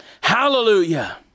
Hallelujah